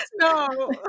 No